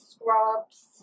Scrubs